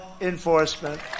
enforcement